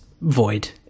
void